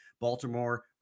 Baltimore